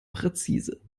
präzise